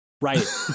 right